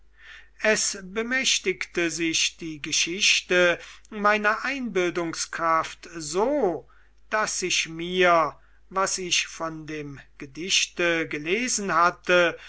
es bemächtigte sich die geschichte meiner einbildungskraft so daß sich mir was ich von dem gedichte gelesen hatte